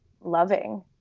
loving